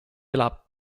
elab